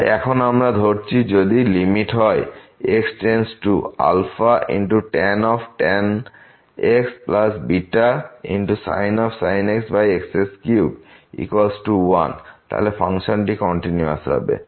তাই এখন আমরা ধরছি যদি লিমিট হয় xtan x βsin x x31 তাহলে ফাংশনটি কন্টিনিউয়াস হবে